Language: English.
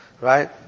Right